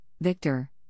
Victor